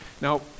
Now